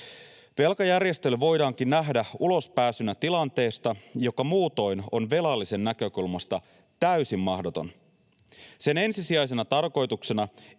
Velkajärjestely voidaankin nähdä ulospääsynä tilanteesta, joka muutoin on velallisen näkökulmasta täysin mahdoton. Sen ensisijaisena tarkoituksena